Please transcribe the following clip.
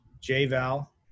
J-Val